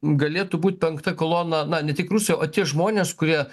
galėtų būt penkta kolona na ne tik rusijoj o tie žmonės kurie